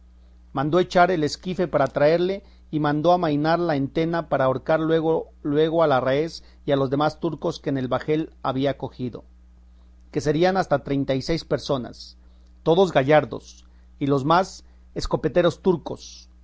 mandó echar el esquife para traerle y mandó amainar la entena para ahorcar luego luego al arráez y a los demás turcos que en el bajel había cogido que serían hasta treinta y seis personas todos gallardos y los más escopeteros turcos